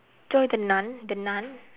joy the nun the nun